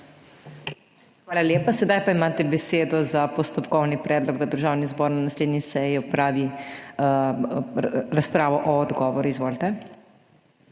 Hvala lepa. Sedaj pa imate besedo za postopkovni predlog, da Državni zbor na naslednji seji opravi razpravo o odgovoru. Izvolite.